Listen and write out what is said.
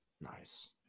nice